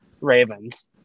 Ravens